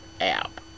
app